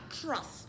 trust